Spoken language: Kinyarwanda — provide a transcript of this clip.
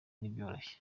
n’ibyoroshye